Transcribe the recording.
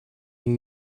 new